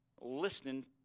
listening